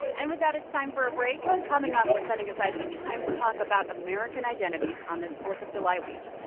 and with that, it's time for a break. coming up, we're setting aside some time to talk about american identity on this fourth of july week.